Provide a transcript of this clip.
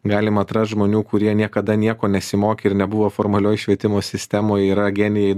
galima atrast žmonių kurie niekada nieko nesimokė ir nebuvo formalioj švietimo sistemoj yra genijai